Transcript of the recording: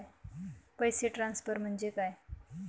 पैसे ट्रान्सफर म्हणजे काय?